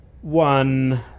one